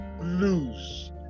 blues